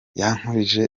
yankurije